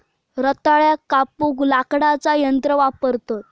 रताळ्याक कापूक लाकडाचा यंत्र वापरतत